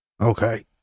Okay